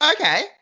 Okay